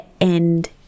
end